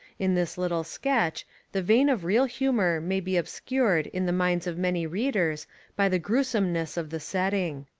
in this little sketch the vein of real humour may be obscured in the minds of many readers by the gruesomeness of the setting.